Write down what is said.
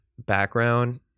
background